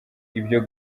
ibyo